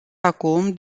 acum